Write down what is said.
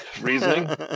reasoning